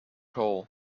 hole